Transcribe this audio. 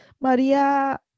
Maria